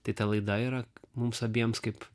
tai ta laida yra mums abiems kaip